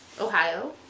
Ohio